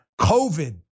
COVID